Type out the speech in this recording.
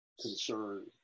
concern